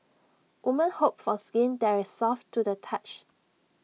woman hope for skin there is soft to the touch